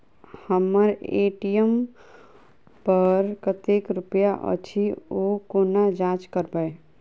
हम्मर ए.टी.एम पर कतेक रुपया अछि, ओ कोना जाँच करबै?